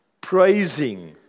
praising